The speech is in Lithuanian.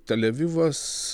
tel avivas